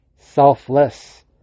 selfless